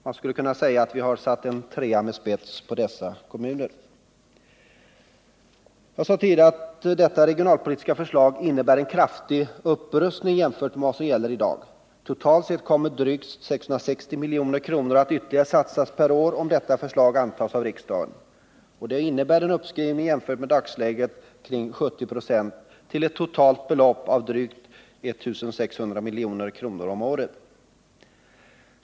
Man skulle kunna säga att vi har satt ”trea med spets” på dessa kommuner. Jag sade tidigare att detta regionalpolitiska förslag innebär en kraftig upprustning jämfört med vad som gäller i dag. Totalt sett kommer drygt 660 milj.kr. att ytterligare satsas per år, om detta förslag antas av riksdagen. Och det innebär en uppskrivning jämfört med dagsläget med ca 70 9» till ett totalt belopp av drygt I 600 milj.kr. om året.